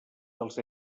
dels